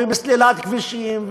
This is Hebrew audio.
בסלילת כבישים,